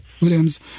Williams